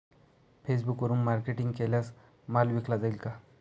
फेसबुकवरुन मार्केटिंग केल्यास माल विकला जाईल का?